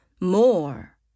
more